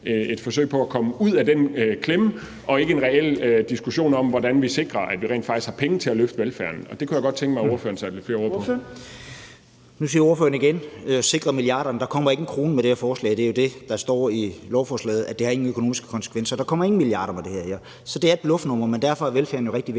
et forsøg på at komme ud af den klemme og ikke en reel diskussion om, hvordan vi sikrer, at vi rent faktisk har penge til at løfte velfærden. Og det kunne jeg godt tænke mig at ordføreren satte lidt flere ord på. Kl. 12:10 Tredje næstformand (Trine Torp): Ordføreren. Kl. 12:10 René Christensen (DF): Nu siger ordføreren igen: sikre milliarderne. Der kommer ikke en krone med det her forslag, og det er jo det, der står i lovforslaget, altså at det ikke har nogen økonomiske konsekvenser. Der kommer ingen milliarder på det her. Så det er et bluffnummer, men derfor er velfærden jo rigtig vigtig